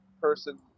person